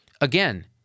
again